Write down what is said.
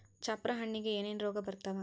ಚಪ್ರ ಹಣ್ಣಿಗೆ ಏನೇನ್ ರೋಗ ಬರ್ತಾವ?